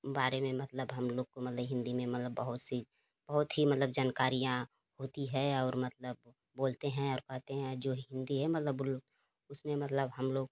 बारे में मतलब हम लोग को मतलब हिंदी में मतलब बहुत सी बहुत ही मतलब जानकारियाँ होती है और मतलब बोलते है और कहते है जो हिंदी है मतलब उसमें मतलब हम लोग